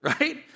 right